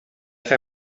fer